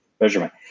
measurement